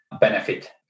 benefit